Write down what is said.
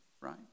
right